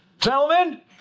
gentlemen